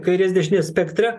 kairės dešinės spektre